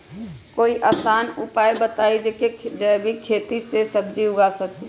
कोई आसान उपाय बताइ जे से जैविक खेती में सब्जी उगा सकीं?